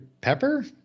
Pepper